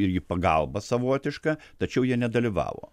irgi pagalba savotiška tačiau jie nedalyvavo